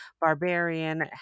Barbarian